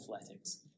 athletics